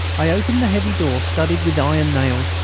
i opened the heavy door studded with iron nails,